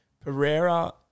Pereira